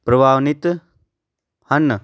ਪ੍ਰਵਾਨਿਤ ਹਨ